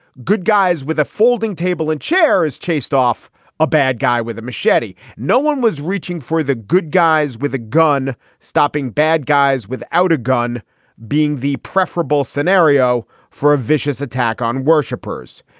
good guys with a folding table and chairs chased off a bad guy with a machete. no one was reaching for the good guys with a gun. stopping bad guys without a gun being the preferable scenario for a vicious attack on worshippers.